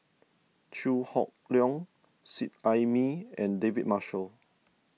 Chew Hock Leong Seet Ai Mee and David Marshall